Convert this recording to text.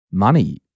money